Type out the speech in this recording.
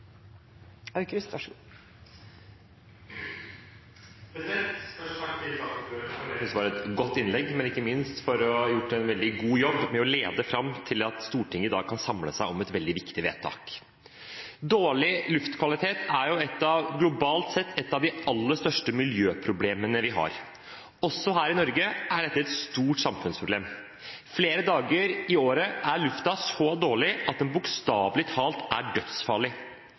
et godt innlegg, men ikke minst for å ha gjort en veldig god jobb med å lede fram til at Stortinget i dag kan samle seg om et veldig viktig vedtak. Dårlig luftkvalitet er globalt sett et av de aller største miljøproblemene vi har. Også her i Norge er dette et stort samfunnsproblem. Flere dager i året er luften så dårlig at den bokstavelig talt er dødsfarlig.